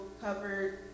covered